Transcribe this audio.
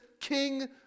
king